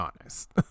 honest